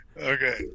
Okay